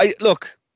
look